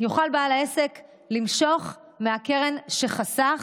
יוכל בעל העסק למשוך מהקרן שחסך.